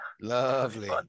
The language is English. Lovely